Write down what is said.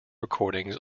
recordings